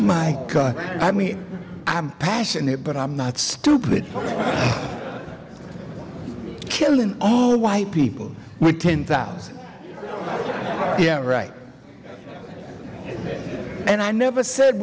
my i mean i'm passionate but i'm not stupid kill an all white people with ten thousand yeah right and i never said